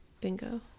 Bingo